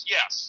Yes